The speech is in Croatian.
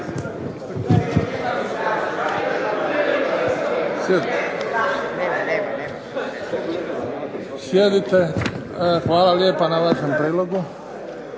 Sjedite. Hvala lijepa na vašem prijedlogu.